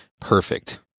perfect